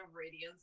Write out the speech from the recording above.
radiance